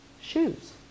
shoes